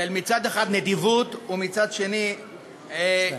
מצד אחד נדיבות ומצד שני קיצוץ.